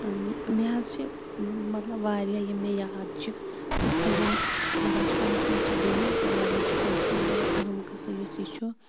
مےٚ حظ چھِ مطلب واریاہ یِم مےٚ یاد چھِ قٕصہٕ یِم بَچپَنَس منٛز چھِ گٔمٕتۍ تِمو منٛز چھِ اَکھ اَہم قٕصہٕ یُس یہِ چھُ